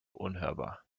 unhörbar